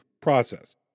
process